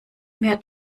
mehr